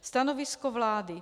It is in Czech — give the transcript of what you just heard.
Stanovisko vlády.